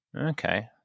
Okay